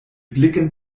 blicken